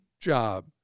job